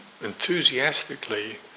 enthusiastically